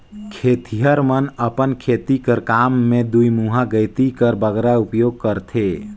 खेतिहर मन अपन खेती कर काम मे दुईमुहा गइती कर बगरा उपियोग करथे